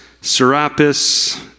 Serapis